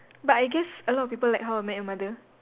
but I guess a lot people like how I met your mother